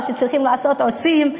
מה שצריכים לעשות עושים,